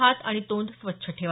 हात आणि तोंड स्वच्छ ठेवा